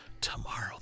tomorrow